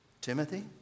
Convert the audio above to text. Timothy